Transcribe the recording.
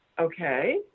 okay